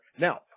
Now